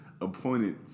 appointed